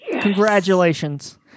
Congratulations